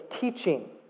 teaching